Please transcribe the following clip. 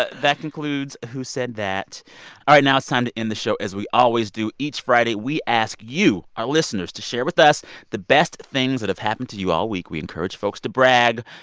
that that concludes who said that all right. now it's time to end the show as we always do. each friday, we ask you, our listeners, to share with us the best things that have happened to you all week. we encourage folks to brag.